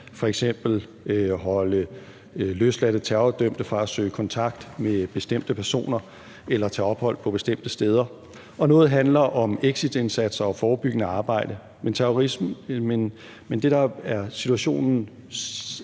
f.eks. at holde løsladte terrordømte fra at søge kontakt med bestemte personer eller tage ophold på bestemte steder, og noget handler om exitindsatser og forebyggende arbejde. Men det, der er situationen